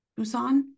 Busan